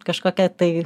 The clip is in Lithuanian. kažkokią tai